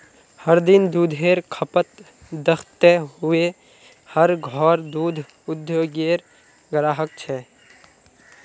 हर दिन दुधेर खपत दखते हुए हर घोर दूध उद्द्योगेर ग्राहक छे